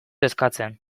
eskatzen